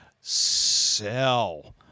sell